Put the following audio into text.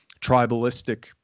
tribalistic